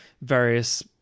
various